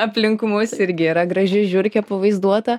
aplink mus irgi yra graži žiurkė pavaizduota